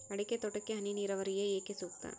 ಅಡಿಕೆ ತೋಟಕ್ಕೆ ಹನಿ ನೇರಾವರಿಯೇ ಏಕೆ ಸೂಕ್ತ?